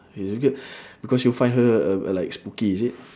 is this girl because you find her uh like spooky is it